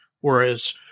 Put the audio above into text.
Whereas